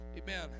Amen